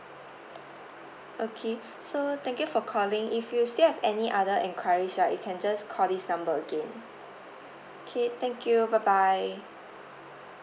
okay so thank you for calling if you still have any other enquiries right you can just call this number again okay thank you bye bye